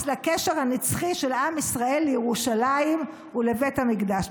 לקשר הנצחי של עם ישראל לירושלים ולבית המקדש.